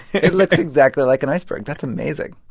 it looks exactly like an iceberg. that's amazing.